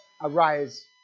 arise